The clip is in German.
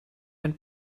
ein